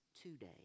today